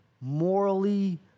morally